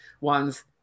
ones